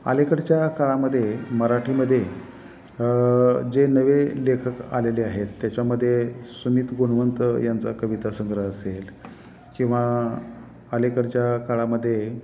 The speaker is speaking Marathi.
अलिकडच्या काळामध्ये मराठीमध्ये जे नवे लेखक आलेले आहेत त्याच्यामध्ये सुमित गुणवंत यांचा कविता संग्रह असेल किंवा अलिकडच्या काळामध्ये